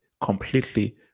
completely